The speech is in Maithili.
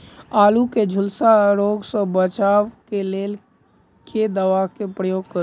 आलु केँ झुलसा रोग सऽ बचाब केँ लेल केँ दवा केँ प्रयोग करू?